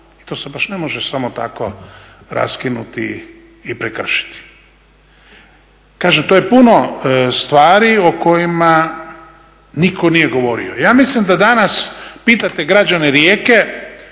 To se baš ne može samo tako raskinuti i prekršiti. Kažem to je puno stvari o kojima nitko nije govorio. Ja mislim da danas pitate građane Rijeke